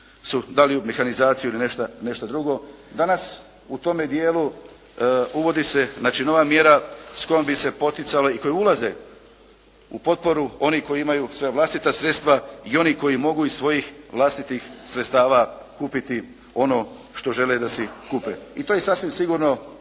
da li mehanizaciju ili nešto drugo, danas u tome dijelu uvodi se znači nova mjera s kojom bi se poticali i koji ulaze u potporu oni koji imaju svoja vlastita sredstva i oni koji mogu iz svojih vlastitih sredstava kupiti ono što žele da si kupe. I to je sasvim sigurno